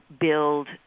build